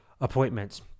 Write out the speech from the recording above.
appointments